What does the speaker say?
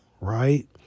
right